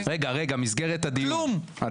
שאלה למסגרת הדיון.